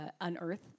unearth